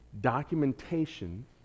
documentation